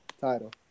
title